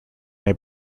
may